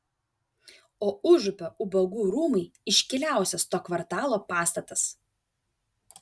o užupio ubagų rūmai iškiliausias to kvartalo pastatas